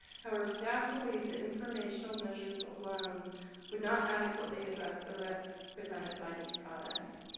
however, staff believes the informational measures alone would not adequately address the risks presented by these products